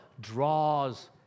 draws